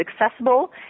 accessible